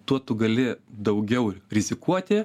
tuo tu gali daugiau rizikuoti